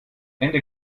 ende